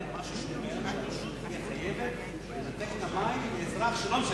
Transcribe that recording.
בתנאי שהרשות תהיה חייבת לנתק את המים לאזרח שאינו משלם.